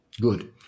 Good